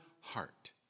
heart